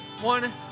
One